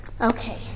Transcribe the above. Okay